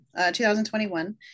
2021